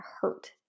hurt